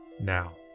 Now